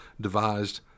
devised